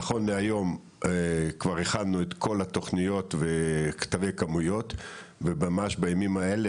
נכון להיום כבר הכנו את כל התוכניות וכתבי כמויות וממש בימים האלה,